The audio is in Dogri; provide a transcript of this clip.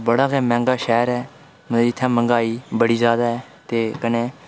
बड़ा गै मैंह्गा शैह्र ऐ ते मतलब इ'त्थें मैंहगाई बड़ी जादै ऐ ते कन्नै